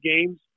games